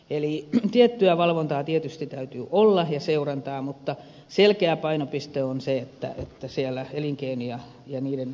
eli tiettyä valvontaa ja seurantaa tietysti täytyy olla mutta selkeä painopiste on se että te siellä hyvin pieniä metsätalouselinkeinojen edistämisessä